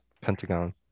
Pentagon